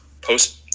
post